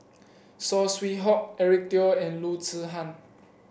Saw Swee Hock Eric Teo and Loo Zihan